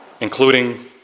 including